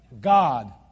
God